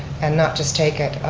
and not just take it.